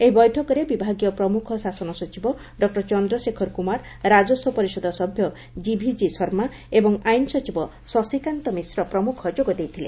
ଏହି ବୈଠକରେ ବିଭାଗୀୟ ପ୍ରମୁଖ ଶାସନ ସଚିବ ଡକ୍ଟର ଚନ୍ଦ୍ରଶେଖର କୁମାର ରାଜସ୍ୱ ପରିଷଦ ସଭ୍ୟ କିଭିକି ଶର୍ମା ଏବଂ ଆଇନ୍ସଚିବ ଶଶୀକାନ୍ତ ମିଶ୍ର ପ୍ରମୁଖ ଯୋଗ ଦେଇଥିଲେ